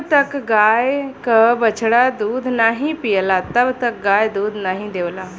जब तक गाय क बछड़ा दूध नाहीं पियला तब तक गाय दूध नाहीं देवला